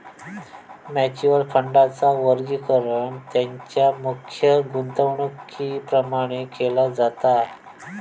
mutual फंडांचा वर्गीकरण तेंच्या मुख्य गुंतवणुकीप्रमाण केला जाता